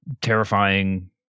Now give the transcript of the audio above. terrifying